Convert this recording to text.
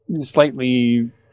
slightly